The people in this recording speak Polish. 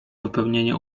wypełnienie